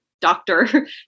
doctor